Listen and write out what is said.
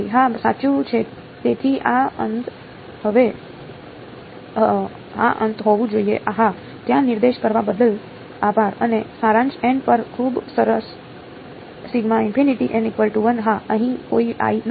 હા સાચું છે તેથી આ અનંત હોવું જોઈએ હા ત્યાં નિર્દેશ કરવા બદલ આભાર અને સારાંશ n પર ખૂબ સરસ હા અહીં કોઈ i નથી